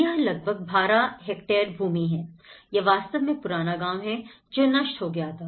यह लगभग 12 हेक्टेयर भूमि है यह वास्तव में पुराना गांव है जो नष्ट हो गया था